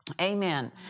Amen